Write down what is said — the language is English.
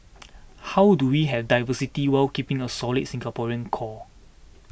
how do we have diversity whilst keeping a solid Singaporean core